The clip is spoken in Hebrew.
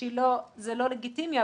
שזה לא לגיטימי,